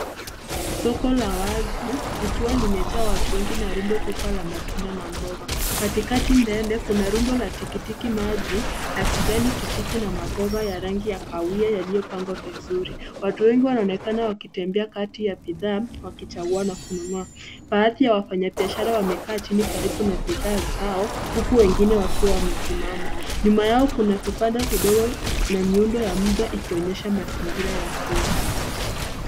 Soko la wazi likiwa limejaa watu wengi na rundu kubwa la matunda na mboga. Katikati mbele kuna rundu la tikikiti maji ya kijani kibichi na maboga ya rangi ya kahawia yaliopangwa vizuri. Watu wengi wanaonekana wakitembea kati ya bidhaa wakichangua na kununua. Baadhi ya wafanya biashara wamekaa jini karibu na bidhaa zao. Huku wengine wakiwa wamesimama. Nyuma yao kuna vipanda vidogo na miundo ya muda ikionyesha mazingira ya soko.